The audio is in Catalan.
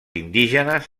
indígenes